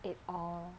it all